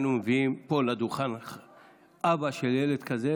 היינו מביאים פה לדוכן אבא של ילד כזה,